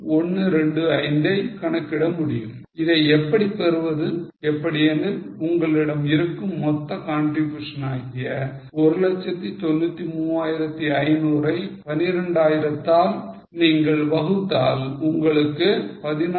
125 ஐ கணக்கிட முடியும் இதை எப்படி பெறுவது எப்படியெனில் உங்களிடம் இருக்கும் மொத்த contribution ஆகிய 193500 ஐ 12000 தால் நீங்கள் வகுத்தால் உங்களுக்கு 16